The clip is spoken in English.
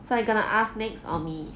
so are you gonna ask next or me